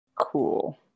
Cool